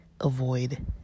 avoid